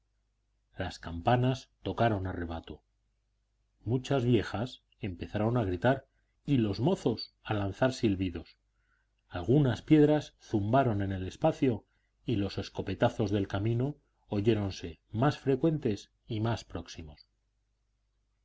las campanas tocaron a rebato muchas viejas empezaron a gritar y los mozos a lanzar silbidos algunas piedras zumbaron en el espacio y los escopetazos del camino oyéronse más frecuentes y más próximos